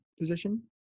position